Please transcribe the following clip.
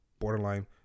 borderline